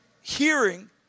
hearing